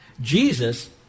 Jesus